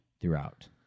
throughout